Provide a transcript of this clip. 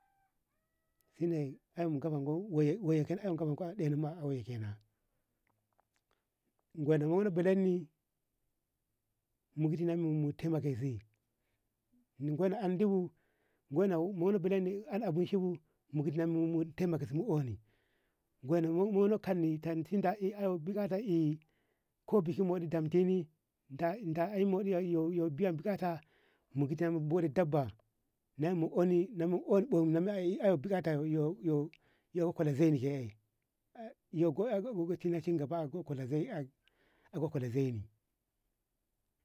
shi inne eym ko bonko waye ɗena kauye kenan gona- gona bellini mudina mu mu temake si ni gona andibo gona gona belleni an an abinci bu mu gaɗi temakeni si mu mu unni gonno kamni tam shi da ae biyan bukata ko bushi moɗi damtini da ae biyan bukata magidi buti daba naey na umni da biyan bukata yo yo a ko kola zuini ke'e a kunni ci gaba a ko kula zui ni